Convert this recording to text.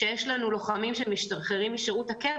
שיש לנו לוחמים שמשתחררים משירות הקבע